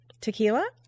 Tequila